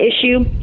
issue